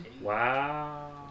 Wow